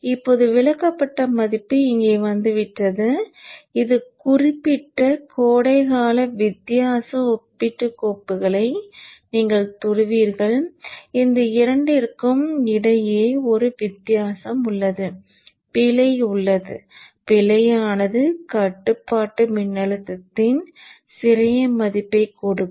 இப்போது விலகப்பட்ட மதிப்பு இங்கே வந்துவிட்டது இந்த குறிப்பிட்ட கோடைகால வித்தியாச ஒப்பீட்டு கோப்புகளை நீங்கள் தொடுவீர்கள் இந்த இரண்டிற்கும் இடையே ஒரு வித்தியாசம் உள்ளது பிழை உள்ளது பிழையானது கட்டுப்பாட்டு மின்னழுத்தத்தின் சிறிய மதிப்பைக் கொடுக்கும்